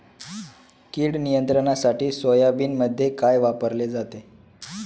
कीड नियंत्रणासाठी सोयाबीनमध्ये काय वापरले जाते?